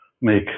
make